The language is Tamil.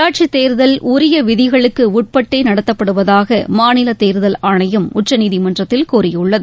உள்ளாட்சித்தேர்தல் உரிய விதிகளுக்கு உட்பட்டே நடத்தப்படுவதாக மாநில தேர்தல் ஆணையம் உச்சநீதிமன்றத்தில் கூறியுள்ளது